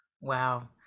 Wow